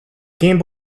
game